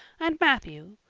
and matthew,